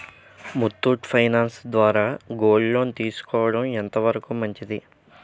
Muthoot finance ద్వారా gold loan తీసుకోవడం ఎంత వరకు మంచిది?